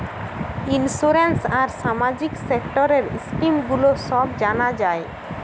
insurance আর সামাজিক সেক্টরের স্কিম গুলো সব জানা যায়